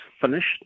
finished